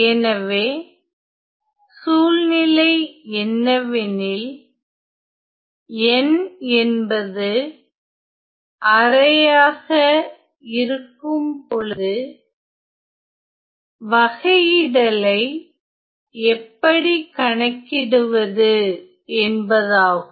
எனவே சூழ்நிலை என்னவெனில் n என்பது அரையாக இருக்கும்பொழுது வகையிடலை எப்படி கணக்கிடுவது என்பதாகும்